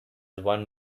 one